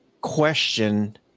question